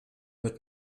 mit